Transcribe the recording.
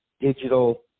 digital